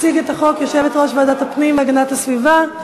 תציג את החוק יושבת-ראש ועדת הפנים והגנת הסביבה,